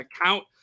account